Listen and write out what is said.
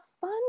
fun